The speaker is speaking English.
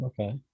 Okay